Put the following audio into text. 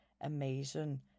Amazing